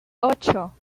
ocho